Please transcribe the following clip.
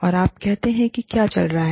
और आप कहते हैं कि क्या चल रहा है